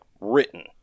written